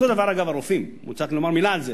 אותו הדבר, אגב, הרופאים, וצריך להגיד מלה על זה.